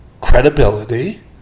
credibility